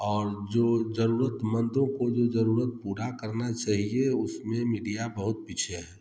और जो जरूरतमंदों को जो जरूरत पूरा करना चाहिए उसमें मीडिया बहुत पीछे है